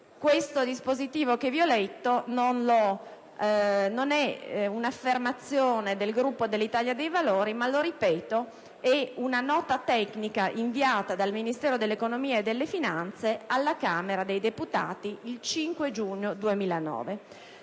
Il dispositivo che vi ho appena letto non è stato scritto del Gruppo Italia dei Valori, ma - lo ripeto - è una nota tecnica inviata dal Ministero dell'economia e delle finanze alla Camera dei deputati il 5 giugno 2009.